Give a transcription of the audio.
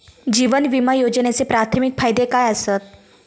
जीवन विमा योजनेचे प्राथमिक फायदे काय आसत?